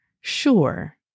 sure